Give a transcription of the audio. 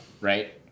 right